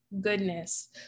goodness